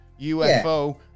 UFO